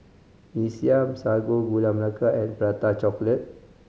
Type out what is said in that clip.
Mee Siam Sago Gula Melaka and Prata Chocolate